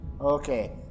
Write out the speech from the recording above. okay